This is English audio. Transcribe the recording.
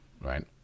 right